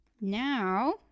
Now